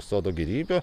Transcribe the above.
sodo gėrybių